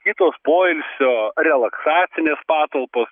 kitos poilsio relaksacinės patalpos